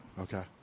okay